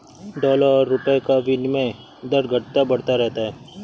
dollar और रूपए का विनियम दर घटता बढ़ता रहता है